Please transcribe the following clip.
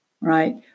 right